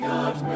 God